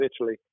Italy